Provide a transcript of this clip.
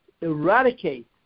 eradicate